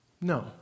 No